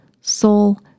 soul